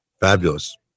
Fabulous